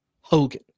Hogan